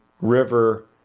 river